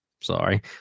Sorry